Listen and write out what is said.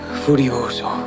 furioso